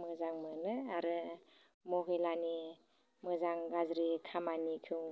मोजां मोनो आरो महिलानि मोजां गाज्रि खामानिखौ